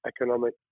economic